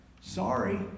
sorry